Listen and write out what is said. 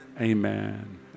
amen